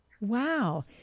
wow